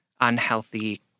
unhealthy